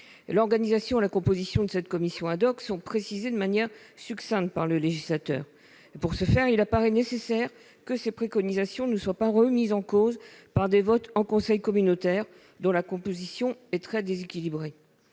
L'organisation et la composition de cette commission sont précisées de manière succincte par le législateur. Il paraît nécessaire que les préconisations de cette commission ne soient pas remises en cause par des votes en conseil communautaire, dont la composition est très déséquilibrée.